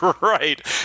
Right